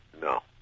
No